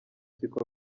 siko